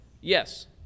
Yes